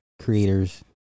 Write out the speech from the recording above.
creators